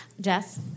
Jess